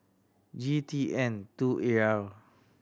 G T N two A R